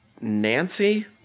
Nancy